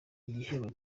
igihembo